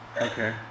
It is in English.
Okay